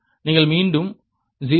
நீங்கள் மீண்டும் 0